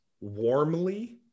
warmly